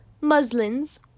muslins